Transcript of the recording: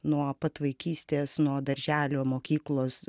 nuo pat vaikystės nuo darželio mokyklos